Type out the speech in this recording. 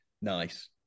Nice